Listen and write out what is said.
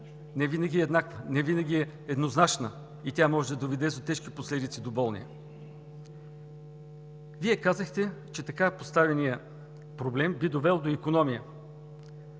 невинаги е еднозначна и може да доведе до тежки последици за болния. Вие казахте, че така поставеният проблем би довел до икономия,